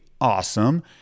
awesome